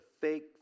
fake